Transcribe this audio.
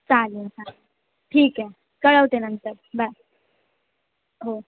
चालेल चा ठीक आहे कळवते नंतर बाय हो